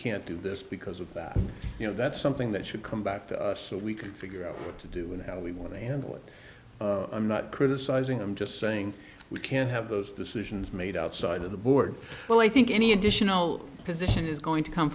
can't do this because of that you know that's something that should come back to us so we can figure out what to do and how we want to handle it i'm not criticizing i'm just saying we can't have those decisions made outside of the board well i think any additional position is going to come